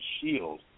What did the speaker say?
shield